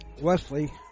Wesley